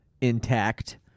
intact